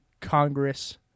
Congress